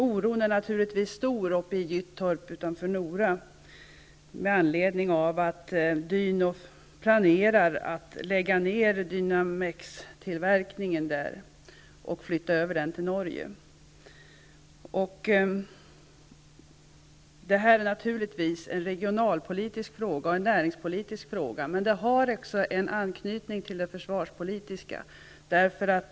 Oron är naturligtvis stor i Gyttorp utanför Detta är naturligtvis en regionalpolitisk och näringspolitisk fråga, men den har också anknytning till försvarspolitiken.